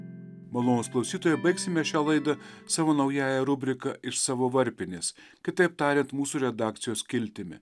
malonūs klausytojai baigsime šią laidą savo naująja rubrika iš savo varpinės kitaip tariant mūsų redakcijos skiltimi